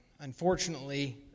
unfortunately